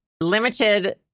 limited